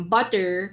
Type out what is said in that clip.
Butter